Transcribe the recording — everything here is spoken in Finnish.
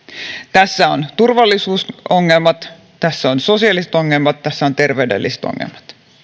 tässä on turvallisuusongelmat tässä on sosiaaliset ongelmat tässä on terveydelliset ongelmat